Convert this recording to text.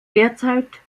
derzeit